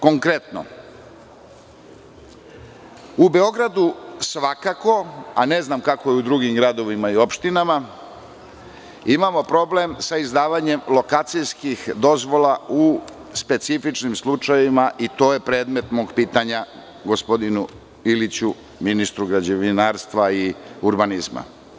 Konkretno, u Beogradu, svakako, a ne znam kako je u drugim gradovima i opštinama, imamo problem sa izdavanjem lokacijskih dozvola u specifičnim slučajevima, i to je predmet mog pitanja gospodinu Iliću, ministru građevinarstva i urbanizma.